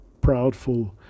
proudful